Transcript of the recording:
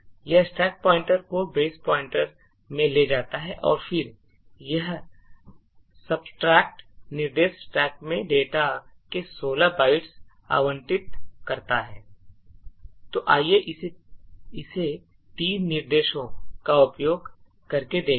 यह stack pointer को base pointer में ले जाता है और फिर यह सबट्रेक्ट निर्देश स्टैक में डेटा के 16 bytes आवंटित करता है तो आइए इसे 3 निर्देशों का उपयोग करके देखते हैं